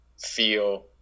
feel